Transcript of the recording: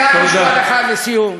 רק משפט אחד לסיום.